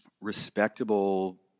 respectable